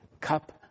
cup